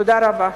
תודה רבה.